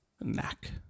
Knack